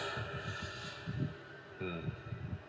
mm